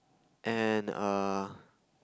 and err